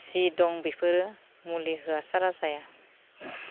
जि दं बेफोरो मुलि होआ सारा जाया